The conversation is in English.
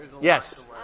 Yes